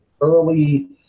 early